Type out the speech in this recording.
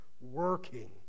working